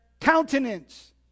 countenance